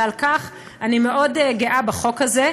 ועל כך אני מאוד גאה בחוק הזה.